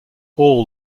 all